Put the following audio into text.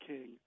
King